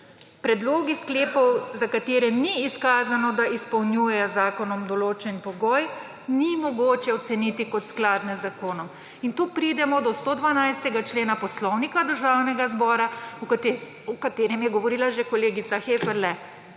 Predlogi sklepov, za katere ni izkazano, da izpolnjujejo z zakonom določen pogoj, ni mogoče oceniti kot skladne z zakonom«. In tu pridemo do 112. člena Poslovnika Državnega zbora, o katerem je govorila že kolegica Heferle.